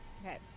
Okay